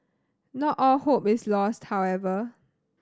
not all hope is lost however